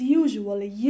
usually